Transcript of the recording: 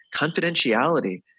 confidentiality